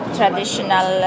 traditional